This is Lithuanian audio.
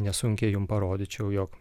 nesunkiai jum parodyčiau jog